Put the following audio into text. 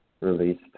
released